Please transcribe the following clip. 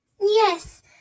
yes